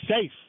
safe